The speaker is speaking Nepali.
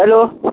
हेलो